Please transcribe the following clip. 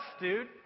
dude